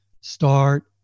start